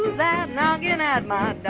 that knocking at my